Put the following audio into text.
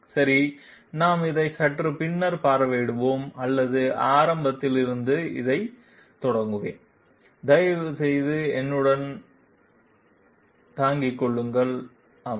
சரி நாம் இதை சற்று பின்னர் பார்வையிடுவோம் அல்லது ஆரம்பத்தில் இருந்தே இதைத் தொடங்குவேன் தயவுசெய்து என்னுடன் தாங்கிக் கொள்ளுங்கள் ஆமாம்